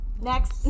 next